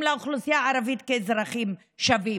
לאוכלוסייה הערבית כאל אזרחים שווים.